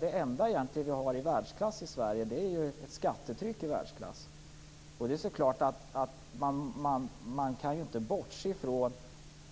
Det enda vi egentligen har i världsklass i Sverige är ett skattetryck i världsklass. Det är klart att man inte kan bortse från